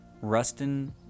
Rustin